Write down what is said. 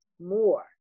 more